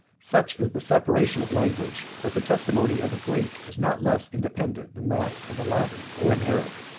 such is the separation of language, that the testimony of a greek is not less independent than that of a latin or an arab.